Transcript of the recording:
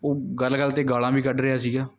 ਉਹ ਗੱਲ ਗੱਲ 'ਤੇ ਗਾਲ੍ਹਾਂ ਵੀ ਕੱਢ ਰਿਹਾ ਸੀਗਾ